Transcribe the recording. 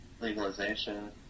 legalization